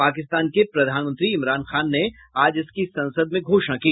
पाकिस्तान के प्रधानमंत्री इमरान खान ने आज इसकी संसद में घोषणा की